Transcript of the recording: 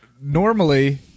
Normally